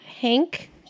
Hank